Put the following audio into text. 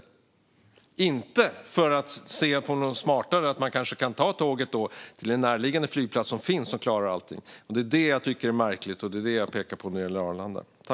Det handlar inte om att se på något smartare, som att man kan ta tåget till en befintlig närliggande flygplats som klarar allting. Det är detta jag tycker är märkligt, och det är det jag pekar på när det gäller Arlanda.